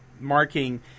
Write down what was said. marking